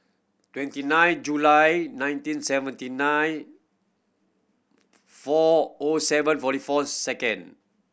twenty nine July nineteen seventy nine four O seven forty four second